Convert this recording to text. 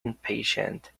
impatient